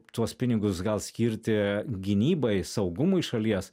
tuos pinigus gal skirti gynybai saugumui šalies